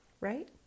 right